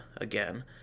again